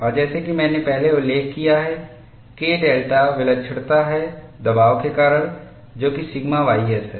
और जैसा कि मैंने पहले उल्लेख किया है K डेल्टा विलक्षणता है दबाव के कारण जो की सिग्मा ys है